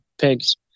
pigs